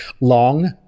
Long